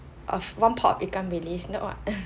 of one pot of ikan bilis